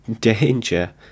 danger